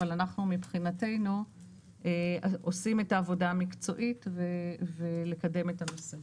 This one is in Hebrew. אבל אנחנו מבחינתנו עושים את העבודה המקצועית לקדם את הנושא.